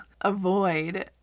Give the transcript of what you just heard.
avoid